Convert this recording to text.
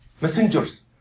messengers